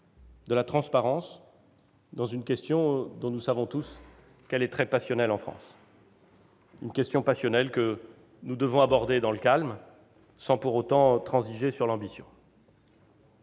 de la transparence, sur une question dont nous savons tous qu'elle est très passionnelle en France. Une question passionnelle que nous devons aborder dans le calme, sans pour autant transiger sur l'ambition.